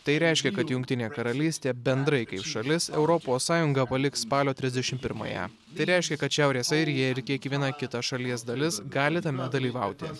tai reiškia kad jungtinė karalystė bendrai kaip šalis europos sąjungą paliks spalio trisdešimt pirmąją tai reiškia kad šiaurės airija ir kiekviena kita šalies dalis gali tame dalyvauti